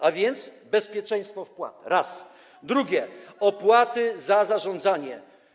A więc bezpieczeństwo wpłat - raz. Dwa - opłaty za zarządzanie.